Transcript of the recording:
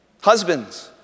Husbands